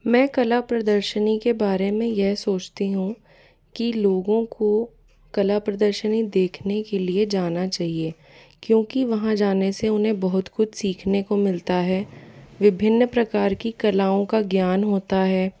मैं कला प्रदर्शनी के बारे में यह सोचती हूँ कि लोगो को कला प्रदर्शनी देखने के लिए जाना चाहिए क्योंकि वहाँ जाने से उन्हें बहुत कुछ सीखने को मिलता है विभिन्न प्रकार की कलाओं का ज्ञान होता है